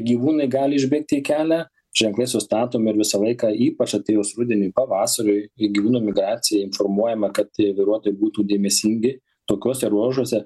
gyvūnai gali išbėgti į kelią ženklai sustatomi ir visą laiką ypač atėjus rudeniui pavasariui i gyvūnų migracijai informuojame kad vairuotojai būtų dėmesingi tokiuose ruožuose